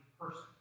person